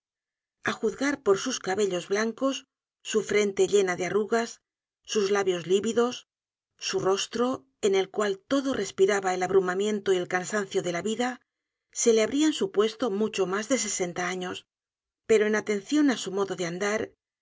a juzgar por sus cabellos blancos su frente llena de arrugas sus labios lívidos su rostro en el cual todo respiraba el abruraaraiento y el cansancio de la vida se le habrian supuesto mucho mas de sesenta años pero en atencion á su modo de andar